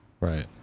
Right